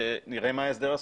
כשנראה מה ההסדר הסופי,